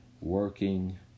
working